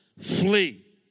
flee